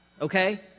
okay